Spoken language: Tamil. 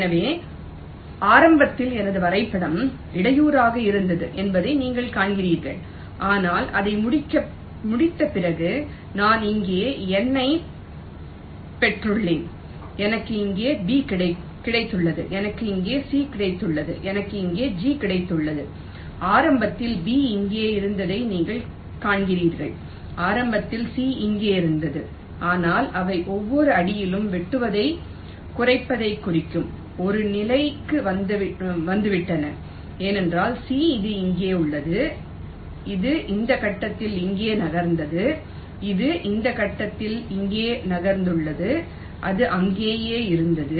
எனவே ஆரம்பத்தில் எனது வரைபடம் இடையூறாக இருந்தது என்பதை நீங்கள் காண்கிறீர்கள் ஆனால் அதை முடித்த பிறகு நான் இங்கே n ஐப் பெற்றுள்ளேன் எனக்கு இங்கே b கிடைத்துள்ளது எனக்கு இங்கே c கிடைத்துள்ளது எனக்கு இங்கே g கிடைத்துள்ளது ஆரம்பத்தில் b இங்கே இருந்ததை நீங்கள் காண்கிறீர்கள் ஆரம்பத்தில் c இங்கே இருந்தது ஆனால் அவை ஒவ்வொரு அடியிலும் வெட்டுவதைக் குறைப்பதைக் குறிக்கும் ஒரு நிலைக்கு வந்துவிட்டன ஏனென்றால் c இது இங்கே உள்ளது இது இந்த கட்டத்தில் இங்கே நகர்ந்தது இது இந்த கட்டத்தில் இங்கே நகர்ந்துள்ளது அது அங்கேயே இருந்தது